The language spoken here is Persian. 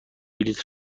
بلیط